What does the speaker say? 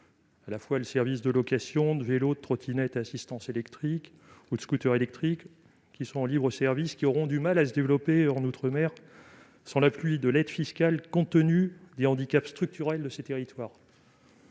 au service de location de vélos et de trottinettes à assistance électrique ou de scooters électriques en libre-service, qui aura du mal à se développer en outre-mer sans l'appui de l'aide fiscale, compte tenu des handicaps structurels de ces territoires.